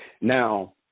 Now